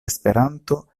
esperanto